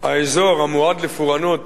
האזור המועד לפורענות